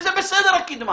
וזה בסדר הקידמה.